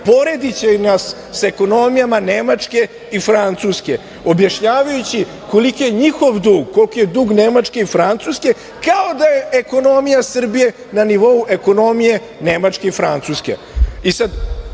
poredeći nas sa ekonomijama Nemačke i Francuske, objašnjavajući koliki je njihov dug, koliki je dug Nemačke i Francuske, kao da je ekonomija Srbije na nivou ekonomije Nemačke i Francuske.I,